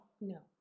No